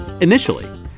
Initially